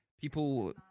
People